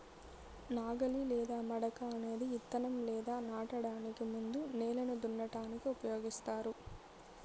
నాగలి లేదా మడక అనేది ఇత్తనం లేదా నాటడానికి ముందు నేలను దున్నటానికి ఉపయోగిస్తారు